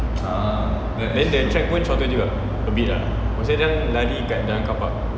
then the track pun shorten juga a bit ah pasal kan lari kan kat dalam car park